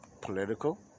Political